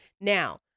Now